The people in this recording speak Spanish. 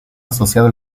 asociado